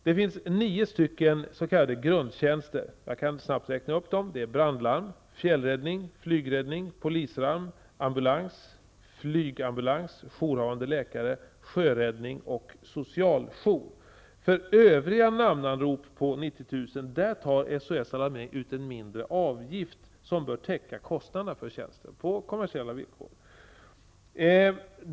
Det finns nio stycken s.k. grundtjänster. Jag kan snabbt räkna upp dem. Det är brandlarm, fjällräddning, flygräddning, polislarm, ambulans, flygambulans, jourhavande läkare, sjöräddning och socialjour. För övriga namnanrop på 90 000 tar SOS Alarmering ut en mindre avgift, som bör täcka kostnaderna för tjänsten på kommersiella villkor.